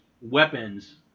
weapons